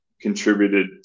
contributed